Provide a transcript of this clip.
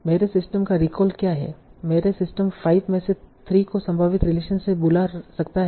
मेरे सिस्टम का रिकॉल क्या है मेरा सिस्टम 5 में से 3 को संभावित रिलेशन से बुला सकता है